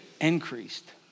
Increased